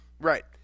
Right